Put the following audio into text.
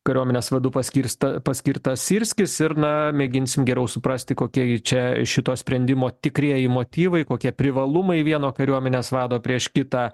kariuomenės vadu paskirsto paskirtas syrskis ir na mėginsim geriau suprasti kokia gi čia šito sprendimo tikrieji motyvai kokie privalumai vieno kariuomenės vado prieš kitą